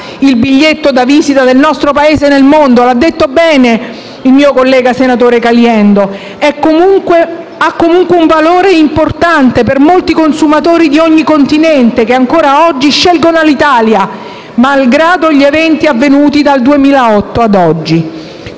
il biglietto da visita del nostro Paese nel mondo e, come ha ben detto il collega Caliendo, ha comunque un valore importante per molti consumatori di ogni continente che ancora oggi scelgono Alitalia malgrado gli eventi accaduti dal 2008 ad oggi.